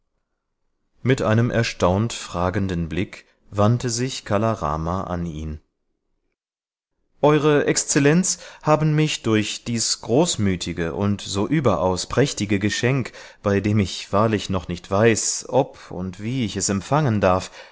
mit einem erstaunt fragenden blick wandte sich kala rama an ihn eure exzellenz haben mich durch dies großmütige und so überaus prächtige geschenk bei dem ich wahrlich noch nicht weiß ob und wie ich es empfangen darf